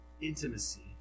intimacy